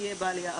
יהיה בעלייה.